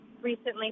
recently